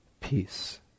peace